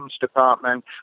Department